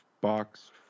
box